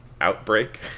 Outbreak